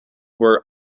were